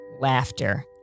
laughter